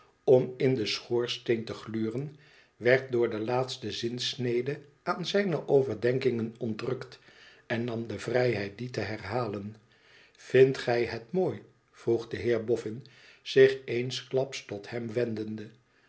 om in den schoorsteen te gluren werd door de laatste zinsnede aan zijne overdenkingen ontrukt en nam de vrijheid die te herhalen vindt gij het mooi vroeg de heerbofün zich eensklaps tot hem wendende